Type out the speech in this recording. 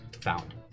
found